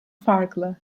farklı